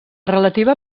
relativa